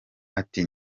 ati